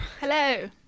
Hello